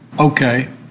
okay